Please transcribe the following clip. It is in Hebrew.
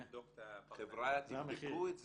חבר'ה, תבדקו את זה.